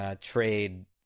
Trade